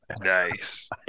Nice